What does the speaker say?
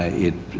ah it,